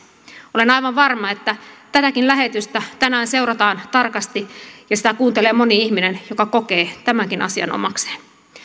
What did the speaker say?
olen aivan varma että tätäkin lähetystä tänään seurataan tarkasti ja sitä kuuntelee moni ihminen joka kokee tämänkin asian omakseen